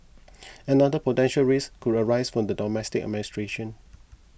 another potential risk could arise from the domestic administration